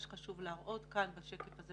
מה שחשוב להראות כאן בשקף הזה,